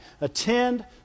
Attend